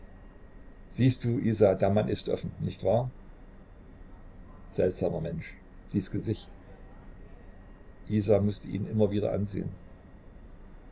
siehst du isa der mann ist offen nicht wahr seltsamer mensch dies gesicht isa mußte ihn immer wieder ansehen